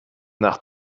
nach